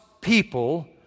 people